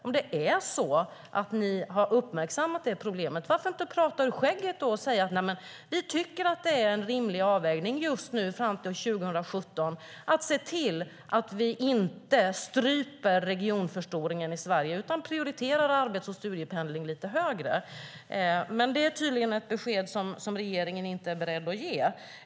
Om det är så att ni har uppmärksammat problemet tycker jag att det vore mer reko att prata ur skägget och säga: Vi tycker att det är en rimlig avvägning just nu, fram till 2017, att se till att vi inte stryper regionförstoringen i Sverige utan prioriterar arbets och studiependling lite högre. Det är dock tydligen ett besked regeringen inte är beredd att ge.